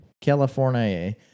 California